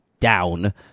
down